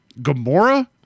Gamora